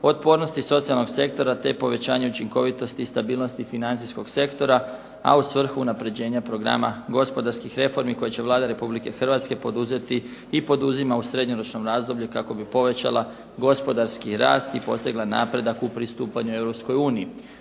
otpornosti socijalnog sektora te povećanje učinkovitosti i stabilnosti financijskog sektora, a u svrhu unapređenja programa gospodarski reformi koje će Vlada Republike Hrvatske poduzeti i poduzima u srednjoročnom razdoblju kako bi povećala gospodarski rast i postigla napredak u pristupanju